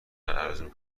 ارزون